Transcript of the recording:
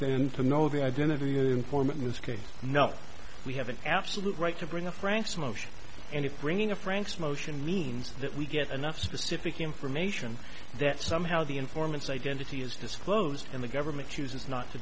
then to know the identity of the informant in this case no we have an absolute right to bring up frank's motion and if bringing a franks motion means that we get enough specific information that somehow the informants identity is disclosed and the government chooses not to